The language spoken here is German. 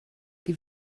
wie